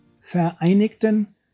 Vereinigten